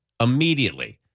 Immediately